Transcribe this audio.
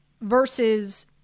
versus